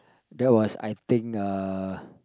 that was I think uh